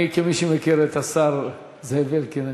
כמי שמכיר את השר זאב אלקין,